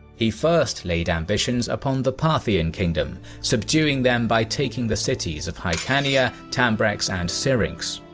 he first laid ambitions upon the parthian kingdom, subduing them by taking the cities of hykania, tambrax and syrinx.